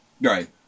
Right